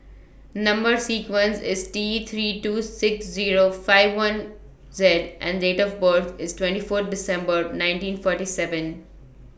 Number sequence IS T three two six Zero five four one Z and Date of birth IS twenty four December nineteen forty nine